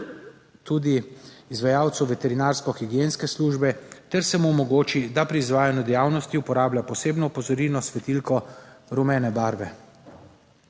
tudi izvajalcu veterinarsko higienske službe ter se mu omogoči, da pri izvajanju dejavnosti uporablja posebno opozorilno svetilko rumene barve.